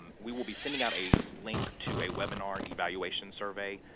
and we will be sending out a link to a webinar evaluation survey.